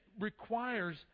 requires